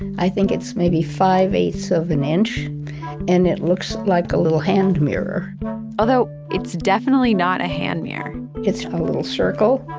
i think it's maybe five-eighths of an inch and it looks like a little hand mirror although it's definitely not a hand mirror it's a little circle,